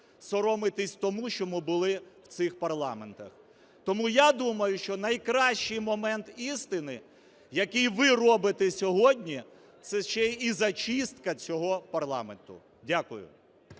соромитись тому, що ми були в цих парламентах. Тому я думаю, що найкращий момент істини, який ви робите сьогодні, – це ще і зачистка цього парламенту. Дякую.